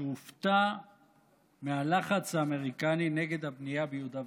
שהופתע מהלחץ האמריקני נגד הבנייה ביהודה ושומרון.